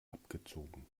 abgezogen